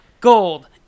gold